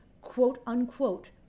quote-unquote